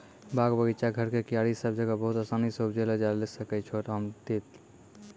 बाग, बगीचा, घर के क्यारी सब जगह बहुत आसानी सॅ उपजैलो जाय ल सकै छो रामतिल